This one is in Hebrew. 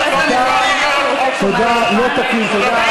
תודה, תודה,